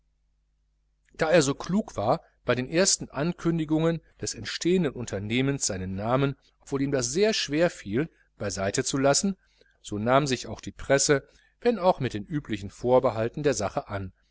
da er so klug war bei den ersten ankündigungen des entstehenden unternehmens seinen namen obwohl ihm das sehr schwer fiel beiseite zu lassen so nahm sich auch die presse wenn auch mit den üblichen vorbehalten der sache an